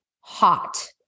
hot